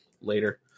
later